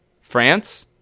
France